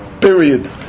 Period